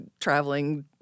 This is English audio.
traveling